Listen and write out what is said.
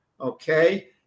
okay